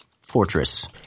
fortress